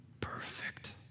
perfect